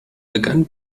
begann